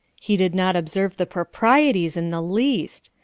he did not observe the proprieties in the least!